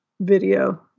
Video